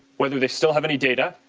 whether they still have any data,